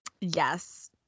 Yes